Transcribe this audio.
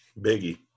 biggie